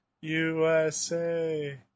USA